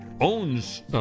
owns